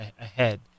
ahead